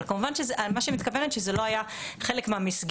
אבל מה שאני מתכוונת זה שזה לא היה חלק מהמסגרת,